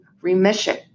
remission